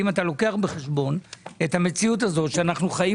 האם אתה לוקח בחשבון את המציאות הזו שאנחנו